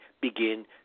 begin